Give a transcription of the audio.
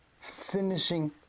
finishing